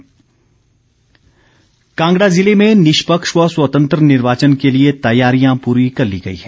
कांगड़ा प्रशासन कांगड़ा ज़िले में निष्पक्ष व स्वतंत्र निर्वाचन के लिए तैयारियां पूरी कर ली गई हैं